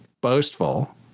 boastful